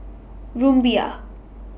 Rumbia